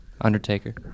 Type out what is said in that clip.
Undertaker